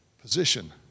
position